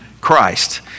Christ